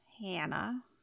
Hannah